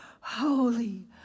Holy